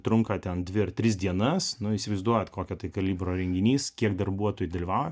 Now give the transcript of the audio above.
trunka ten dvi ar tris dienas nu įsivaizduojat kokio kalibro renginys kiek darbuotojų dalyvauja